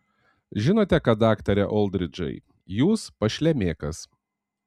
žinote ką daktare oldridžai jūs pašlemėkas